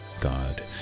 God